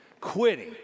Quitting